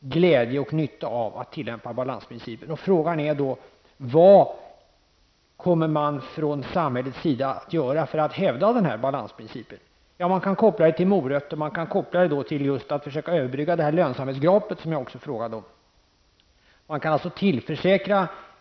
glädje och nytta av att tillämpa balansprincipen. Frågan är då vad man från samhällets sida kommer att göra för att hävda denna balansprincip. Ja, man kan koppla det till morötter eller till att försöka överbrygga det lönsamhetsgap som jag också talade om.